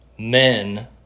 Men